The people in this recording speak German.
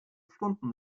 stunden